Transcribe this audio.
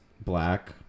black